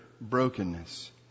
brokenness